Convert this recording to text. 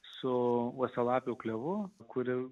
su uosialapių klevų kuri